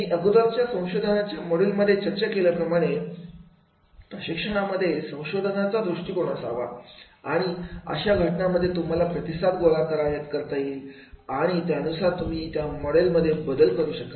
मी अगोदरच्या संशोधनाच्या मोडूल मध्ये चर्चा केल्याप्रमाणे प्रशिक्षणामध्ये संशोधनाचा दृष्टिकोन असावा आणि अशा घटनांमध्ये तुम्ही प्रतिसाद गोळा कराल आणि त्यानुसार तुम्ही त्या मॉडेलमध्ये बदल करू शकाल